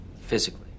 Physically